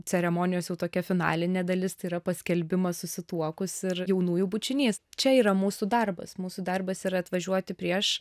ceremonijos jau tokia finalinė dalis tai yra paskelbimas susituokus ir jaunųjų bučinys čia yra mūsų darbas mūsų darbas yra atvažiuoti prieš